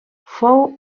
fou